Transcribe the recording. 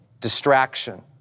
distraction